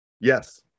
Yes